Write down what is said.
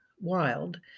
Wild